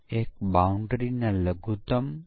તેથી અપેક્ષા રાખવામાં આવતા બે ચલોનું વિનિમય થયું છે